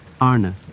Arna